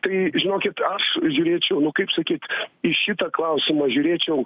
tai žinokit aš žiūrėčiau kaip sakyt į šitą klausimą žiūrėčiau